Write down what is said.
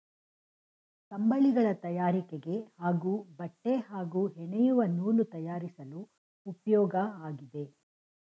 ಕಂಬಳಿಗಳ ತಯಾರಿಕೆಗೆ ಹಾಗೂ ಬಟ್ಟೆ ಹಾಗೂ ಹೆಣೆಯುವ ನೂಲು ತಯಾರಿಸಲು ಉಪ್ಯೋಗ ಆಗಿದೆ